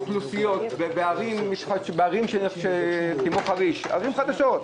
בערים כמו חריש ערים חדשות,